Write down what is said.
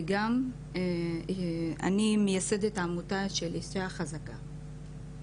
ואני גם מייסדת העמותה של אישה חזקה.